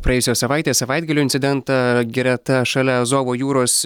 praėjusios savaitės savaitgalio incidentą greta šalia azovo jūros